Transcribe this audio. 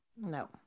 no